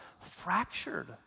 fractured